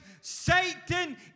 Satan